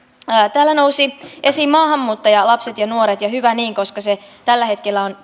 täällä nousivat esiin maahanmuuttajalapset ja nuoret ja hyvä niin koska se tällä hetkellä on